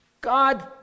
God